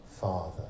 Father